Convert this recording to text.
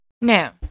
Now